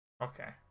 Okay